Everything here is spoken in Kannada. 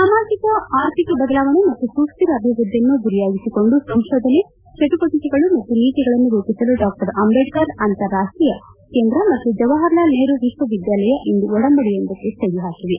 ಸಾಮಾಜಿಕ ಆರ್ಥಿಕ ಬದಲಾವಣೆ ಮತ್ತು ಸುಸ್ಕಿರ ಅಭಿವೃದ್ಧಿಯನ್ನು ಗುರಿಯಾಗಿಸಿಕೊಂಡು ಸಂಶೋಧನೆ ಚಟುವಟಿಕೆಗಳು ಮತ್ತು ನೀತಿಗಳನ್ನು ರೂಪಿಸಲು ಡಾ ಅಂಬೇಡ್ಕರ್ ಅಂತಾರಾಷ್ಟೀಯ ಕೇಂದ್ರ ಮತ್ತು ಜವಾಹರ್ಲಾಲ್ ನೆಹರು ವಿಶ್ವ ವಿದ್ಯಾಲಯ ಇಂದು ಒಡಂಬಡಿಕೆಯೊಂದಕ್ಕೆ ಸಹಿ ಹಾಕಿವೆ